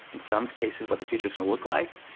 in some cases, what the future is going to look like.